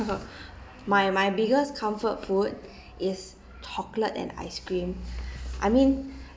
my my biggest comfort food is chocolate and ice cream I mean